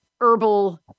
herbal